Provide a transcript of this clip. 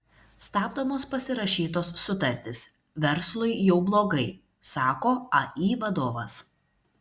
stabdomos pasirašytos sutartys verslui jau blogai sako ai vadovas